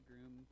groom